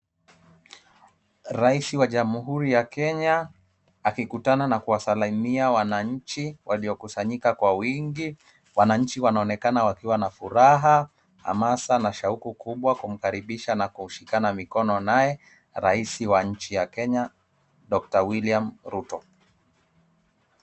Rais wa jamhuri ya Kenya akikutana na kuwasalimia wananchi waliokusanyika kwa wingi. Wananchi wanaonekana wakiwa na furaha, hamasa na shauku kubwa na kumkaribisha na kushikana mikono naye rais wa nchi ya Kenya Dr . William Ruto.